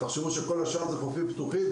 תחשבו שכל השאר זה חופים פתוחים,